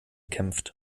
kämpft